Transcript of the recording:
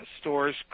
stores